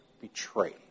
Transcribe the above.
betrayed